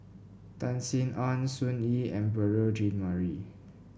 Tan Sin Aun Sun Yee and Beurel Jean Marie